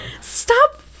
Stop